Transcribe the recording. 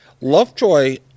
Lovejoy